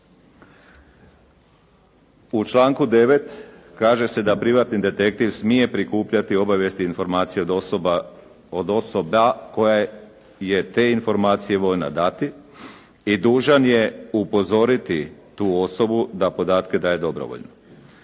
U članku 9. kaže se da privatni detektiv smije prikupljati obavijesti od osoba, od osobe koja je te informacije voljna dati i dužan je upozoriti tu osobu da podatke daje dobrovoljno.